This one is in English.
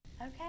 okay